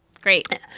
Great